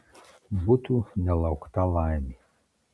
būtų nelaukta laimė